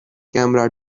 camera